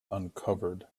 uncovered